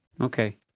Okay